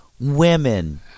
women